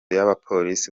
y’abapolisi